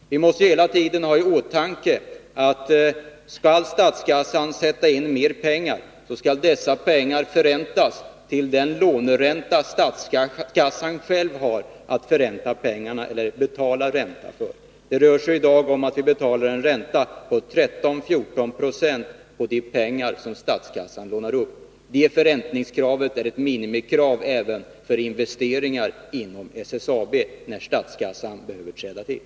Vi måste hela tiden ha i åtanke att om statskassan skall sätta in mer pengar, så skall dessa pengar förräntas till den låneränta statskassan själv har att betala. Det rör sig i dag om en ränta på 13-14 96, som vi betalar på de pengar som statskassan lånar upp. Det förräntningskravet är ett minimikrav även för investeringar inom SSAB när statskassan behöver träda till.